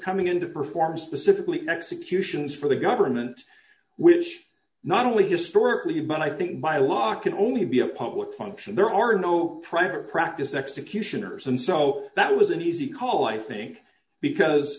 coming in to perform specifically executions for the government which not only historically but i think by law can only be a public function there are no private practice executioners and so that was an easy call i think